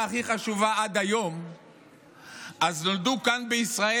הכי חשובה עד היום נולדו כאן בישראל,